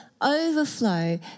overflow